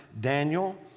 Daniel